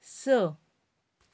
स